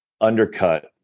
undercut